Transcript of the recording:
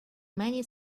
many